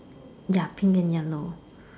ya pink and yellow